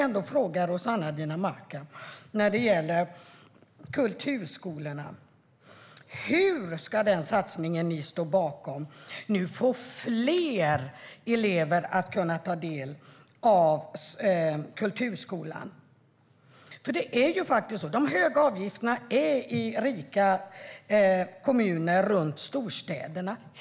När det gäller kulturskolorna måste jag fråga Rossana Dinamarca: Hur ska den satsning som ni står bakom ge fler elever möjlighet att ta del av kulturskolan? De höga avgifterna finns i rika kommuner runt storstäderna.